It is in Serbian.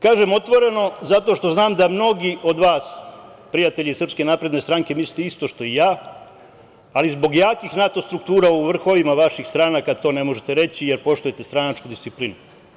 Kažem, otvoreno zato što znam da mnogi od vas, prijatelji SNS mislite isto što i ja, ali zbog jakih NATO struktura u vrhovima vaših stranaka, to ne možete reći, jer poštujete stranačku disciplinu.